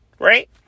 Right